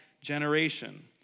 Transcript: generation